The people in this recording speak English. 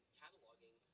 cataloging